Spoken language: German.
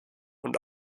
und